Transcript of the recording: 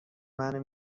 منو